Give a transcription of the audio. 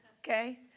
Okay